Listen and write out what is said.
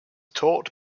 taught